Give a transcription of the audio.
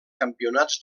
campionats